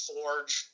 Forge